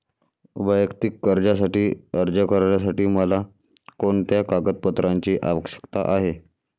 वैयक्तिक कर्जासाठी अर्ज करण्यासाठी मला कोणत्या कागदपत्रांची आवश्यकता आहे?